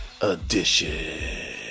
edition